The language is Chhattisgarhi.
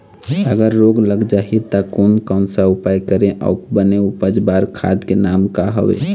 अगर रोग लग जाही ता कोन कौन सा उपाय करें अउ बने उपज बार खाद के नाम का हवे?